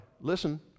listen